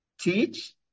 teach